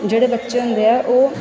ਜਿਹੜੇ ਬੱਚੇ ਹੁੰਦੇ ਆ ਉਹ